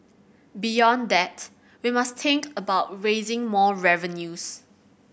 beyond that we must think about raising more revenues